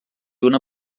una